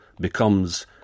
becomes